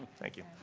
thank you.